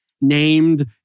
named